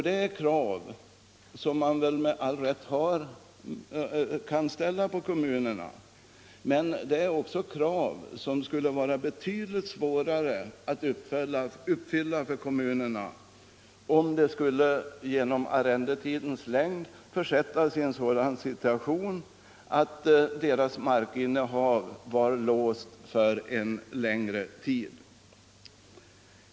Det är krav som med all rätt kan ställas på kommunerna, men det skulle vara betydligt svårare för kommunerna att uppfylla dem om de på grund av arrendetidens längd skulle försättas i en sådan situation att deras markinnehav var låst för en längre tid.